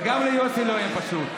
וגם ליוסי לא יהיה פשוט,